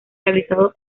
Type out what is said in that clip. realizado